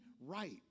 right